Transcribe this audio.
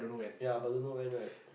ya but don't know when right